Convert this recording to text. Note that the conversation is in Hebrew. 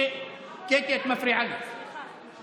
את מפריעה לי.